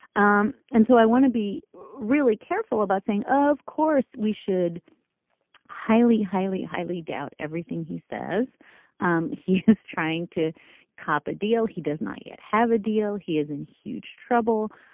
um and so i want to be really careful about saying, of course, we should highly, highly, highly doubt everything. he says um he is trying to cop a deal. he does not yet have a deal. he is in huge trouble.